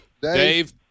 Dave